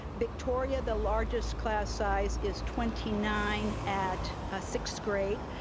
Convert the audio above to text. victoria, the largest class size is twenty nine at sixth grade.